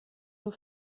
nur